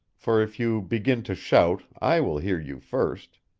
for if you begin to shout i will hear you first.